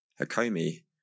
Hakomi